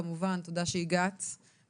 כמובן תודה לך שהצטרפת אלינו והגעת.